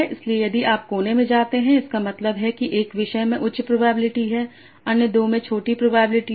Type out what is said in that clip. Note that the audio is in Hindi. इसलिए यदि आप कोने में जाते हैं इसका मतलब है कि 1 विषय में उच्च प्रोबेबिलिटी है अन्य 2 में छोटी प्रोबेबिलिटी हैं